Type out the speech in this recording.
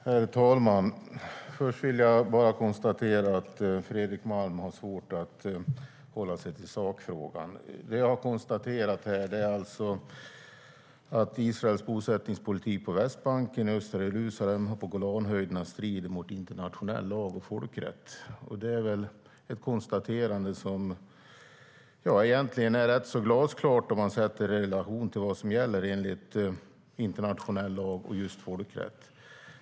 Herr talman! Först vill jag bara konstatera att Fredrik Malm har svårt att hålla sig till sakfrågan. Vi har konstaterat att Israels bosättningspolitik på Västbanken, i östra Jerusalem och på Golanhöjderna strider mot internationell lag och folkrätt. Det är ett konstaterande som egentligen är rätt glasklart om man sätter det i relation till vad som gäller enligt internationell lag och folkrätt.